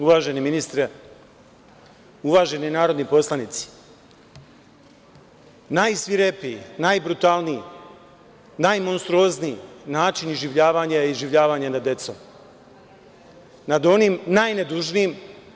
Uvaženi ministre, uvaženi narodni poslanici, najsvirepiji, najbrutalniji, najmonstruozniji način iživljavanja je iživljavanje nad decom, nad onim najnedužnijim.